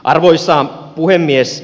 arvoisa puhemies